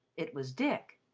it was dick.